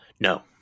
No